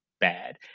bad